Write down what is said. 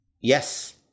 Yes